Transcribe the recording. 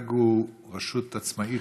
המל"ג היא רשות עצמאית,